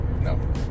no